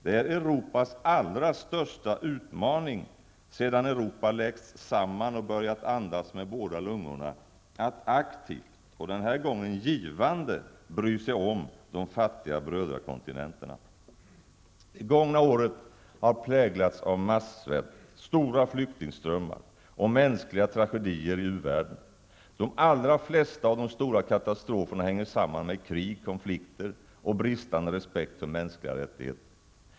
Det är Europas allra största utmaning sedan Europa läkts samman och börjat andas med båda lungorna att aktivt, och den här gången givande, bry sig om de fattiga brödrakontinenterna. Det gångna året har präglats av massvält, stora flyktingströmmar och mänskliga tragedier i uvärlden. De allra flesta av de stora katastroferna hänger samman med krig, konflikter och bristande respekt för de mänskliga rättigheterna.